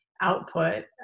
output